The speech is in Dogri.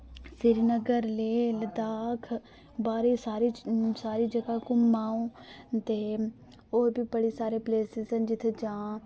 सिरीनगर लेह लद्दाख बाह्रे सारी सारी जगह घुम्मा अ'ऊं ते होर बी बड़े सारे प्लेसिस न जित्थै जां